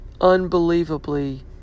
unbelievably